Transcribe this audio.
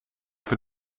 voor